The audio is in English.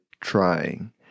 trying